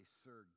sir